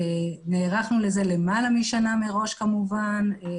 וכמובן נערכנו לזה למעלה משנה מראש בתוכנית